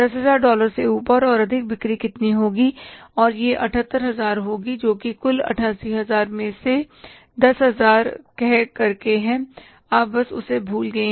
1000010000 dollar से ऊपर और अधिक बिक्री कितनी होगी और यह 78000 होगीजोकि कुल 88000 में से 10000 कह कर के हैं आप बस उसे भूल गए